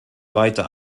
weiter